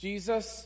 Jesus